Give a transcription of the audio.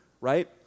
right